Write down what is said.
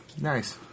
Nice